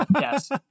Yes